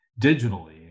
digitally